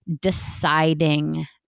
deciding